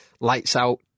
lights-out